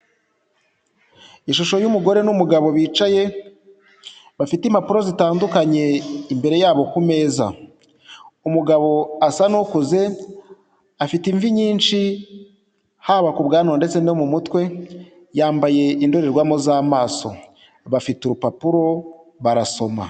Ishusho y'umugore n'umugabo bicaye, bafite impapuro zitandukanye imbere yabo ku meza. Imugabo asa n'ukuze afite imvi nyinshi, haba ku bwanwa ndetse no mu mutwe, yambaye indorerwamo z'amaso. Bafite urupapuro barasoma.